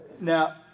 now